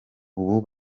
ubu